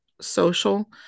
social